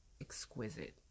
exquisite